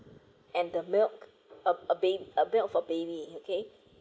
and the milk uh of being a milk for baby okay